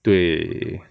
对